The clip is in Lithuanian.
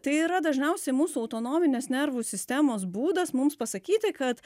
tai yra dažniausiai mūsų autonominės nervų sistemos būdas mums pasakyti kad